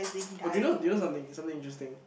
oh do you know do you know something something interesting